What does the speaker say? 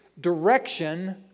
Direction